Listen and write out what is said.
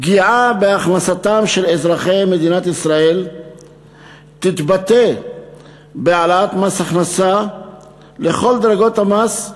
פגיעה בהכנסתם של אזרחי ישראל תתבטא בהעלאת מס הכנסה בכל דרגות המס,